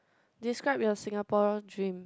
describe your Singapore dream